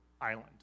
island